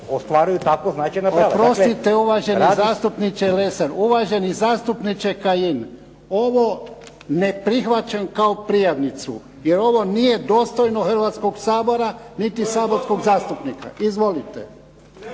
**Jarnjak, Ivan (HDZ)** Oprostite uvaženi zastupniče Lesar. Uvaženi zastupniče Kajin, ovo ne prihvaćam kao prijavnicu jer ovo nije dostojno Hrvatskog sabora niti saborskog zastupnika. Izvolite.